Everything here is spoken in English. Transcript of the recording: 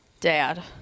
Dad